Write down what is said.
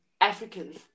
Africans